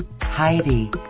Heidi